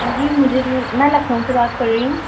جی مجھے جو ہے میں لکھنؤ سے بات کر رہی ہوں